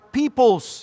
peoples